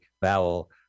vowel